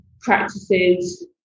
practices